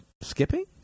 skipping